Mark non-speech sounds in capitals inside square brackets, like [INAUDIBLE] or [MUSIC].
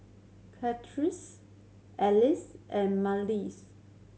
[UNINTELLIGIBLE] Alois and Mallies